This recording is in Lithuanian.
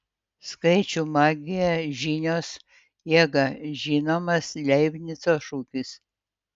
skaičių magija žinios jėga žinomas leibnico šūkis